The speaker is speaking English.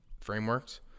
frameworks